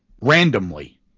randomly